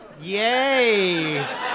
Yay